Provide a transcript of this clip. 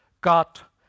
got